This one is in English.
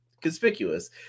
Conspicuous